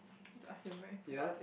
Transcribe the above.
I need to ask you a very important